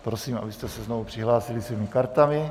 Prosím, abyste se znovu přihlásili svými kartami.